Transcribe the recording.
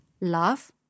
Love